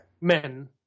men